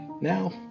Now